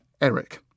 Eric